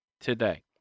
today